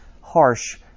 harsh